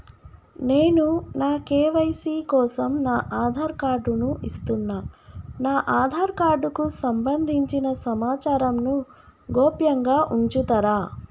నేను నా కే.వై.సీ కోసం నా ఆధార్ కార్డు ను ఇస్తున్నా నా ఆధార్ కార్డుకు సంబంధించిన సమాచారంను గోప్యంగా ఉంచుతరా?